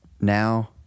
now